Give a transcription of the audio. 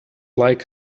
like